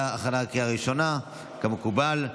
כמקובל.